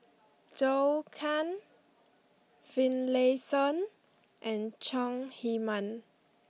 Zhou Can Finlayson and Chong Heman